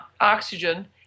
oxygen